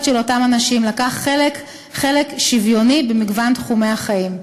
של אותם אנשים לקחת חלק שוויוני במגוון תחומי החיים.